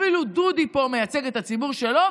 אפילו דודי פה מייצג את הציבור שלו,